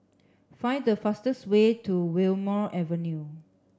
find the fastest way to Wilmonar Avenue